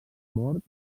mort